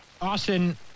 Austin